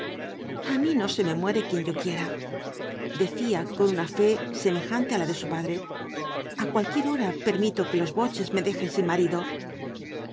a mí no se me muere quien yo quiera decía con una fe semejante á la de su padre a cualquier hora permito que los boches me dejen sin marido